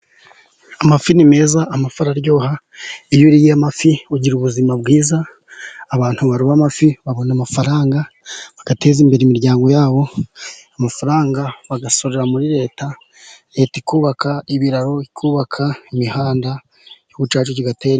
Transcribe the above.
Amafi ni meza, amafi araryoha. Iyo uriye amafi ugira ubuzima bwiza, abantu baroba amafi babona amafaranga, bagateza imbere imiryango yabo. Amafaranga bayasorera muri Leta. Leta ikubaka ibiraro, ikubaka imihanda, Igihugu cyacu kigatera imbere.